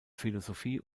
philosophie